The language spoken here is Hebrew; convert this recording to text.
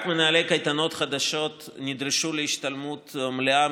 רק מנהלי קייטנות חדשות נדרשו להשתלמות מלאה,